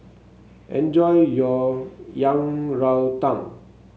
enjoy your Yang Rou Tang